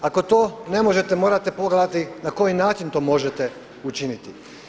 Ako to ne možete, morate pogledati na koji način to možete učiniti.